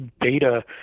data